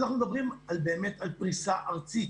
אנחנו מדברים על באמת על פריסה ארצית